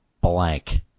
blank